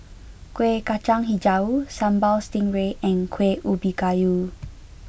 Kuih Kacang HiJau Sambal Stingray and Kuih Ubi Kayu